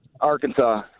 Arkansas